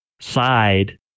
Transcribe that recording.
side